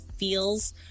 feels